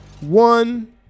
one